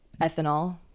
ethanol